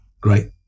Great